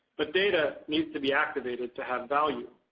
but data needs to be activated to have value.